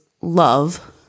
Love